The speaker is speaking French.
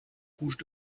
rouges